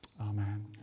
Amen